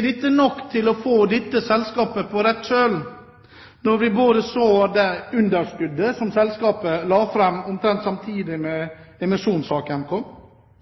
dette nok til å få dette selskapet på rett kjøl? Vi så underskuddet som selskapet la fram omtrent samtidig med at emisjonssaken kom.